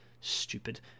stupid